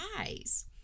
eyes